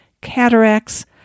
cataracts